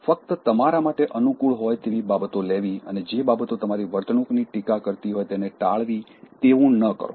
ફક્ત તમારા માટે અનુકૂળ હોય તેવી બાબતો લેવી અને જે બાબતો તમારી વર્તણૂકની ટીકા કરતી હોય તેને ટાળવી તેવું ન કરો